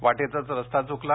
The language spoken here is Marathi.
वाटेतच रस्ता च्कला